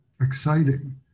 exciting